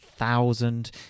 thousand